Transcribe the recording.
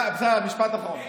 משפט אחרון.